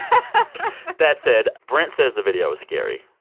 that said, brent says the video was scary.